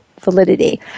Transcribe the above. validity